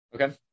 Okay